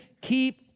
keep